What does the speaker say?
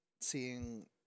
seeing